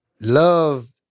love